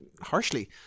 harshly